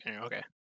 okay